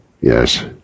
Yes